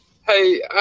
Hey